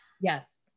yes